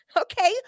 Okay